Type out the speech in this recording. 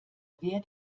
wer